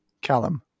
Callum